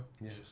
yes